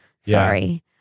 Sorry